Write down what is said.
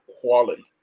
quality